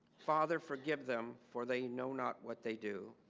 father forgive them for they know not what they do